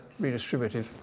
redistributive